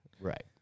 Right